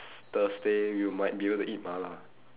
thursday we might be able to eat mala